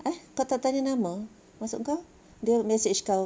eh kau tak tanya nama maksud kau dia message kau